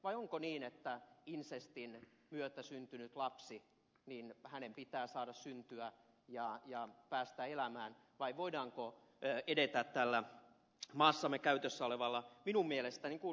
vai onko niin että insestin myötä syntyneen lapsen pitää saada syntyä ja päästä elämään vai voidaanko edetä tällä maassamme käytössä olevalla minun mielestäni niin kuin ed